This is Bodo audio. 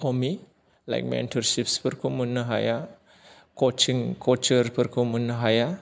खमि लाइक मेनटरसिप्सफोरखौ मोननो हाया कसिं कसारफोरखौ मोननो हाया